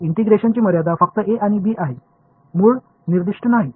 இண்டெகரேஷனின் வரம்புகள் a மற்றும் b என்பதைக் கவனியுங்கள் இங்கு ரூட் சரியாக குறிப்பிடப்படவில்லை